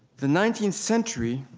the nineteenth century